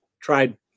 tried